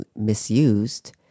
misused